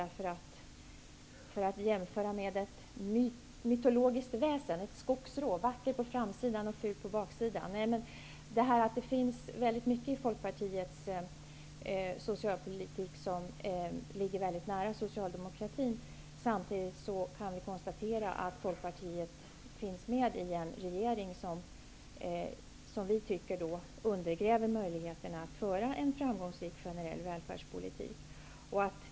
Man kan jämföra med ett mytologiskt väsen som skogsrået, som är vackert på framsidan men fult på baksidan. Det finns alltså mycket i Folkpartiets socialpolitik som ligger nära socialdemokratins politik, men samtidigt konstaterar vi att Folkpartiet är med i en regering som undergräver möjligheterna att föra en framgångsrik generell välfärdspolitik.